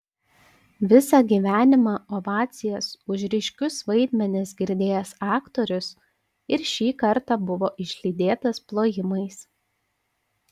visą gyvenimą ovacijas už ryškius vaidmenis girdėjęs aktorius ir šį kartą buvo išlydėtas plojimais